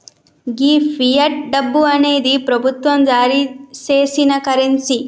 గీ fiat డబ్బు అనేది ప్రభుత్వం జారీ సేసిన కరెన్సీ